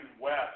West